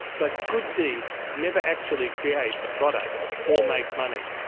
but good deeds never actually create a product or make money.